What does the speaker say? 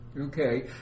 Okay